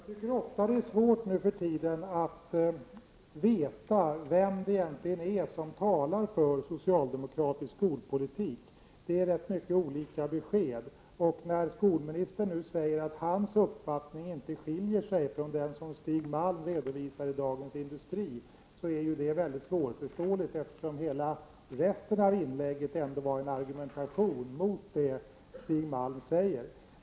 Herr talman! Jag tycker att det nu för tiden ofta är svårt att veta vem som egentligen är talesman för socialdemokratisk skolpolitik. Det är rätt mycket olika besked som kommer. När skolministern nu säger att hans uppfattning inte skiljer sig från den som Stig Malm redovisar i Dagens Industri är detta mycket svårförståeligt, eftersom resten av Göran Perssons inlägg ändå ägnades åt en argumentation mot det som Stig Malm säger.